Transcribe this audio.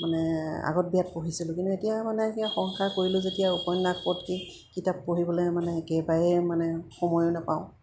মানে আগত বিৰাট পঢ়িছিলোঁ কিন্তু এতিয়া মানে কিবা সংসাৰ কৰিলোঁ যেতিয়া আৰু উপন্যাস ক'ত কি কিতাপ পঢ়িবলৈ মানে একেবাৰে মানে সময়ো নাপাওঁ